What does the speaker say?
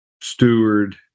steward